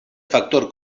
factor